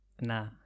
Nah